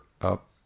up